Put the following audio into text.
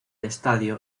estadio